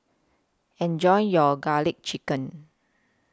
Enjoy your Garlic Chicken